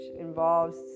involves